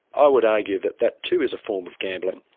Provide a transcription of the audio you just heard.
i would argue that that too is a form of gambling.